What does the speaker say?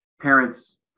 parents